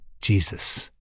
Jesus